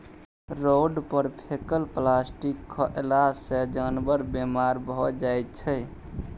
road पर फेकल plastic खएला सँ जानबर बेमार भए जाइ छै